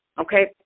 okay